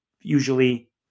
usually